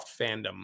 fandom